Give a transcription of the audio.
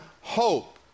hope